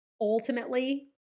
Ultimately